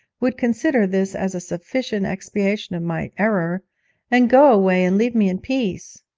would consider this as a sufficient expiation of my error and go away and leave me in peace!